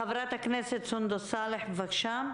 חברת הכנסת סונדוס סאלח, בבקשה.